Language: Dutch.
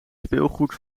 speelgoed